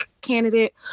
candidate